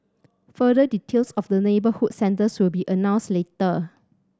further details of the neighbourhood centres will be announced later